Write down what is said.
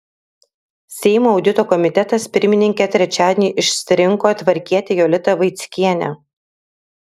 seimo audito komitetas pirmininke trečiadienį išsirinko tvarkietę jolitą vaickienę